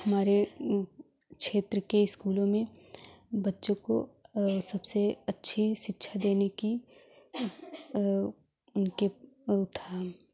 हमारे क्षेत्र के स्कूलों में बच्चों को सबसे अच्छी शिक्षा देने की उनके प्रावधान है